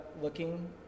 looking